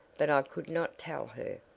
but i could not tell her.